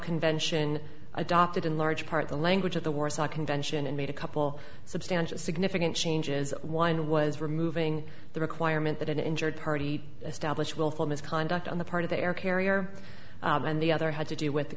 convention adopted in large part the language of the warsaw convention and made a couple substantial significant changes one was removing the requirement that an injured party establish willful misconduct on the part of the air carrier and the other had to do with